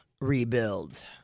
rebuild